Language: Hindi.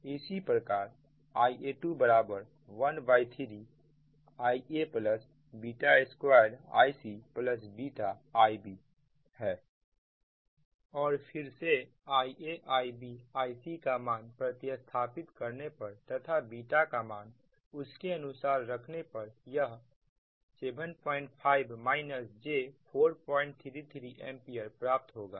इसी प्रकारIa2 13Ia2IcIb और फिर से IaIbIcका मान प्रति स्थापित करने पर तथा का मान उसके अनुसार रखने पर यह 75 j 433 एंपियर प्राप्त होगा